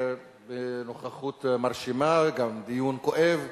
בנוכחות מרשימה, גם היה דיון כואב,